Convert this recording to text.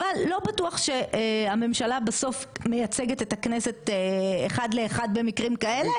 אבל לא בטוח שהממשלה בסוף מייצגת את הכנסת אחד לאחד במקרים כאלה.